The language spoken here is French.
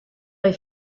est